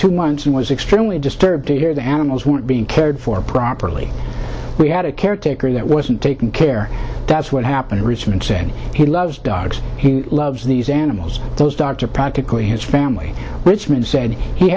two months and was extremely disturbed to hear the animals weren't being cared for properly we had a caretaker that wasn't taking care that's what happened recent saying he loves dogs he loves these animals those dogs are practically his family richmond said he